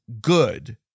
good